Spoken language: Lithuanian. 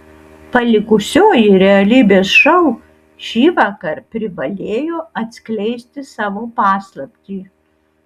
palikusioji realybės šou šįvakar privalėjo atskleisti savo paslaptį